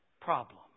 problem